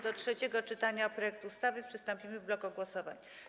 Do trzeciego czytania projektu ustawy przystąpimy w bloku głosowań.